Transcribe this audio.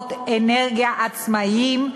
מקורות אנרגיה עצמאיים,